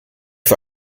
für